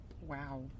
Wow